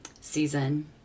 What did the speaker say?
season